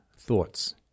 thoughts